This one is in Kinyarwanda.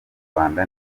rwanda